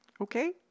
okay